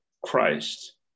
Christ